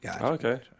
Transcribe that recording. Okay